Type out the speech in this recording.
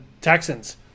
Texans